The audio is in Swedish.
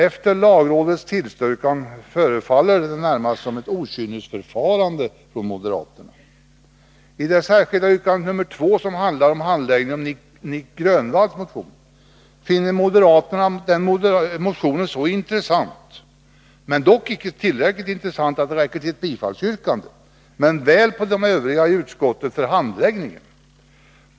Efter lagrådets tillstyrkan verkar det närmast som ett okynnesyrkande från moderaterna. I det särskilda yttrandet nr 2, som handlar om handläggningen av Nic Grönvalls motion, finner moderaterna den motionen intressant — icke så intressant att det räcker till ett bifallsyrkande men väl så att det räcker till en anmärkning på de övriga i utskottet för handläggningen.